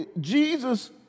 Jesus